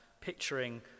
picturing